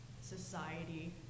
society